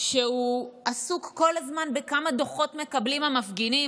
שהוא עסוק כל הזמן בכמה דוחות מקבלים המפגינים,